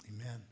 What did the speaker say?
Amen